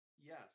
yes